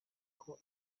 uko